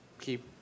keep